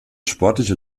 sportliche